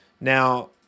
Now